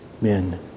men